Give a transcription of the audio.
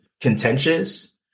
contentious